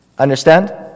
Understand